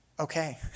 okay